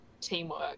teamwork